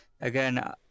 again